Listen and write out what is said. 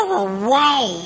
away